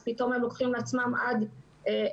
אבל פתאום הם לוקחים לעצמם עד דצמבר.